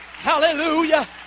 Hallelujah